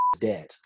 dead